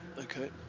okay